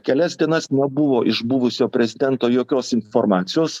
kelias dienas nebuvo iš buvusio prezidento jokios informacijos